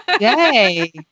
Yay